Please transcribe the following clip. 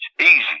Easy